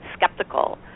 Skeptical